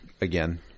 again